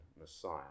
Messiah